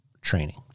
training